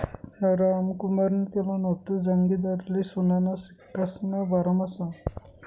रामकुमारनी त्याना नातू जागिंदरले सोनाना सिक्कासना बारामा सांगं